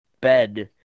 bed